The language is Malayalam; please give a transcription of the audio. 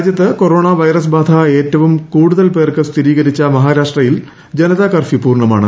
രാജ്യത്ത് കൊറോണ വൈറസ് ബാധ ഏറ്റവും കൂടുതൽ പേർക്ക് സ്ഥിരീകരിച്ച മഹാരാഷ്ട്രയിലും ജനതാ കർഫ്യൂ പൂർണ്ണമാണ്